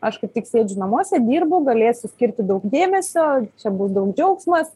aš kaip tik sėdžiu namuose dirbu galėsiu skirti daug dėmesio čia bus daug džiaugsmas